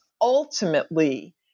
ultimately